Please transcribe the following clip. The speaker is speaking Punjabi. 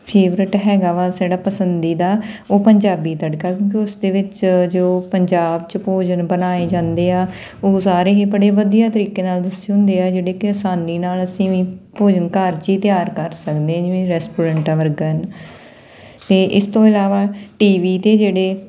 ਫੇਵਰਟ ਹੈਗਾ ਵਾ ਸਾਡਾ ਪਸੰਦੀਦਾ ਉਹ ਪੰਜਾਬੀ ਤੜਕਾ ਕਿਉਂਕਿ ਉਸਦੇ ਵਿੱਚ ਜੋ ਪੰਜਾਬ 'ਚ ਭੋਜਨ ਬਣਾਏ ਜਾਂਦੇ ਆ ਉਹ ਸਾਰੇ ਹੀ ਬੜੇ ਵਧੀਆ ਤਰੀਕੇ ਨਾਲ ਦੱਸੇ ਹੁੰਦੇ ਆ ਜਿਹੜੇ ਕਿ ਆਸਾਨੀ ਨਾਲ ਅਸੀਂ ਵੀ ਭੋਜਨ ਘਰ 'ਚ ਹੀ ਤਿਆਰ ਕਰ ਸਕਦੇ ਜਿਵੇਂ ਰੈਸਟੋਰੈਂਟਾਂ ਵਰਗਾ ਹੈ ਅਤੇ ਇਸ ਤੋਂ ਇਲਾਵਾ ਟੀ ਵੀ 'ਤੇ ਜਿਹੜੇ